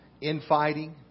infighting